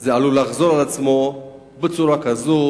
זה עלול לחזור על עצמו בצורה כזאת